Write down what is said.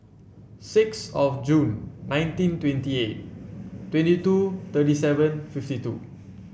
six of June nineteen twenty eight twenty two thirty seven fifty two